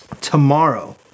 tomorrow